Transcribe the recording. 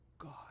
God